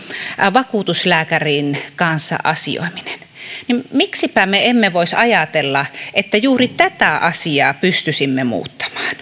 vakuutuslääkärin kanssa asioiminen niin että miksipä me emme voisi ajatella että juuri tätä asiaa pystyisimme muuttamaan